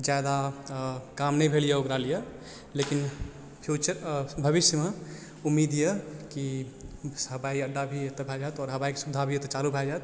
जादा काम नहि भेल ओकरा लिय लेकिन फ़्यूचर भविष्यमे उम्मीद यऽ की हवाई अड्डा भी एतौ भए जायत आओर हवाई के सुविधा भी एतौ चालू भए जायत